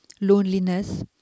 loneliness